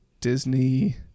Disney